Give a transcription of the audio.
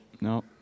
no